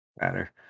Matter